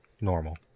normal